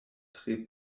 tre